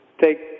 take